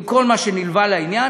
עם כל מה שנלווה לעניין.